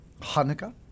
hanukkah